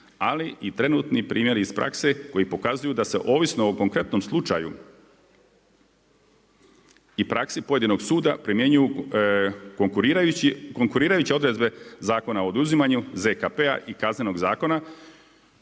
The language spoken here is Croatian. ali i trenutni primjeri iz prakse koji pokazuju da se ovisno o konkretnom slučaju i praksi pojedinog suda primjenjuju konkurirajući odredbe Zakona o oduzimanju ZKP-a i Kaznenog zakona